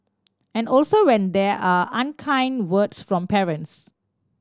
and also when there are unkind words from parents